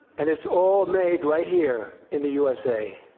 and it's all made right here in the usa.